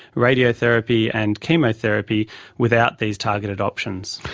radiotherapy and chemotherapy without these targeted options.